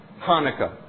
Hanukkah